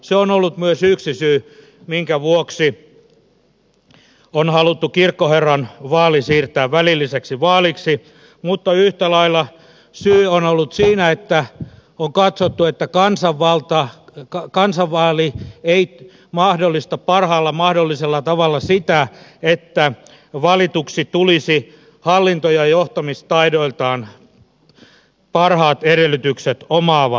se on ollut myös yksi syy minkä vuoksi on haluttu kirkkoherran vaali siirtää välilliseksi vaaliksi mutta yhtä lailla syy on ollut siinä että on katsottu että kansanvaali ei mahdollista parhaalla mahdollisella tavalla sitä että valituksi tulisi hallinto ja johtamistaidoiltaan parhaat edellytykset omaava henkilö